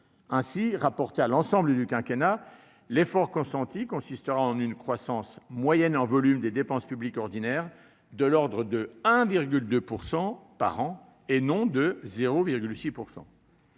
Ainsi, rapporté à l'ensemble du quinquennat, l'effort consenti consistera en une croissance moyenne en volume des dépenses publiques ordinaires de l'ordre de 1,2 % par an et non de 0,6 %.